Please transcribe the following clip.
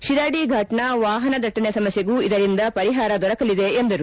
ಶಿರಾಡಿ ಫಾಟ್ನ ವಾಹನ ದಟ್ಟಣೆ ಸಮಸ್ಯೆಗೂ ಇದರಿಂದ ಪರಿಹಾರ ದೊರಕಲಿದೆ ಎಂದರು